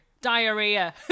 diarrhea